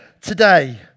Today